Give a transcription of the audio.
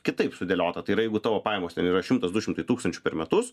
kitaip sudėliota tai yra jeigu tavo pajamos ten yra šimtas du šimtai tūkstančių per metus